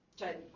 Cioè